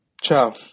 Ciao